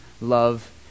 love